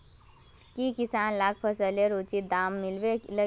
की किसान लाक फसलेर उचित दाम मिलबे लगे?